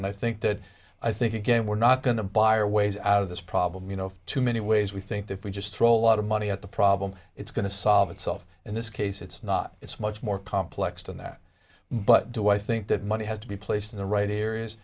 and i think that i think again we're not going to buy or ways out of this problem you know too many ways we think if we just throw lot of money at the problem it's going to solve itself in this case it's not it's much more complex than that but do i think that money has to be placed in the right